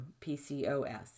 PCOS